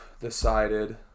decided